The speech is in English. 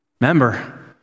Remember